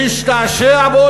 להשתעשע בו,